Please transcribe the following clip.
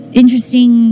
interesting